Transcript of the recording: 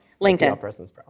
LinkedIn